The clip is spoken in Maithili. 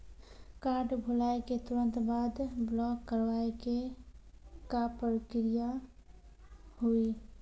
कार्ड भुलाए के तुरंत बाद ब्लॉक करवाए के का प्रक्रिया हुई?